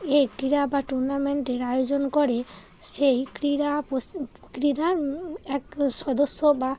এই ক্রীড়া বা টুর্নামেন্টের আয়োজন করে সেই ক্রীড়া পশি ক্রীড়া এক সদস্য বা